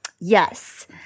Yes